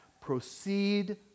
proceed